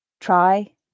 Try